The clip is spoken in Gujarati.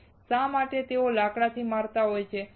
શા માટે તેઓ લાકડાથી મારતા હોય છે